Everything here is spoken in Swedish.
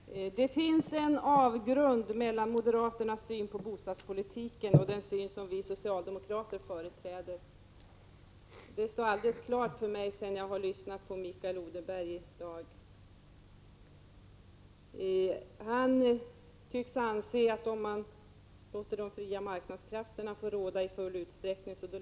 Fru talman! Det finns en avgrund mellan moderaternas och socialdemokraternas syn på bostadspolitiken. Det står alldeles klart för mig nu när jag har lyssnat på Mikael Odenberg. Han tycks anse att alla de problem som det här talas om kommer att lösas, om de fria marknadskrafterna får råda i full utsträckning.